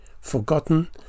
forgotten